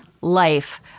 life